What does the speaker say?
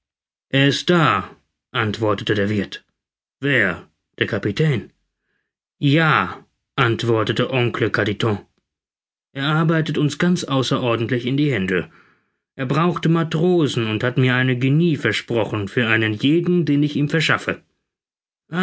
er ist da antwortete der wirth wer der kapitän ja antwortete oncle carditon er arbeitet uns ganz außerordentlich in die hände er braucht matrosen und hat mir eine guinee versprochen für einen jeden den ich ihm verschaffe